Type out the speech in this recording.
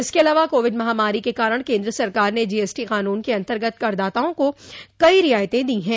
इसके अलावा कोविड महामारी के कारण केन्द्र सरकार ने जीएसटी कानून के अन्तर्गत करदाताओं को कई रियायतें दी ह